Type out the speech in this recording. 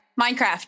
Minecraft